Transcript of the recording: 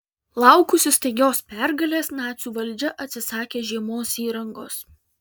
laukusi staigios pergalės nacių valdžia atsisakė žiemos įrangos